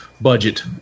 budget